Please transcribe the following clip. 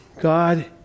God